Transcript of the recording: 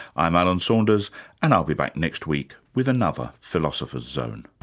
i'm alan saunders and i'll be back next week with another philosopher's zone